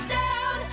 down